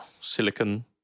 silicon